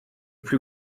plus